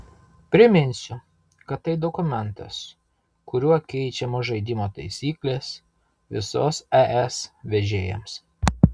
priminsiu kad tai dokumentas kuriuo keičiamos žaidimo taisyklės visos es vežėjams